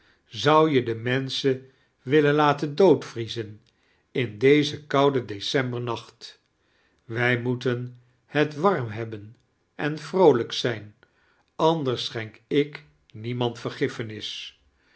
zou je de menschen willen latein doodvriezen in dezen kouden decembernacht wij moeten het warm hebben en vroolijk zijn anders schenk ik niemand vergiffenis